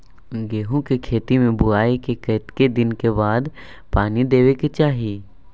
गेहूँ के खेती मे बुआई के कतेक दिन के बाद पानी देबै के चाही?